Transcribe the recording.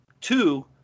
two